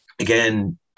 Again